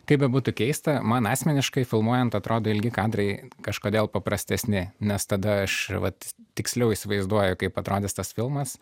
kaip bebūtų keista man asmeniškai filmuojant atrodo ilgi kadrai kažkodėl paprastesni nes tada aš vat tiksliau įsivaizduoju kaip atrodys tas filmas